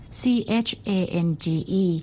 change